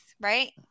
right